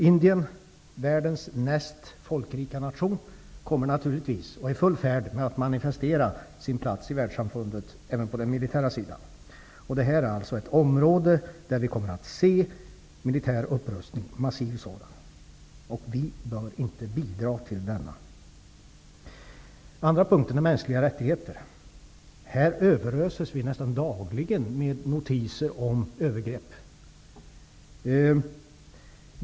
Indien -- världens näst mest folkrika nation -- är i full färd med att manifestera sin plats i världssamfundet även på den militära sidan. Det här är ett område där vi kommer att se en massiv militär upprustning. Vi bör inte bidra till denna. Den andra punkten gäller mänskliga rättigheter. Vi överöses nästan dagligen med notiser om övergrepp.